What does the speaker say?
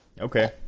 Okay